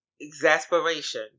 exasperation